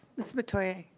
mrs. metoyer.